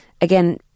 again